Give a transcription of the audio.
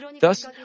Thus